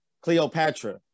Cleopatra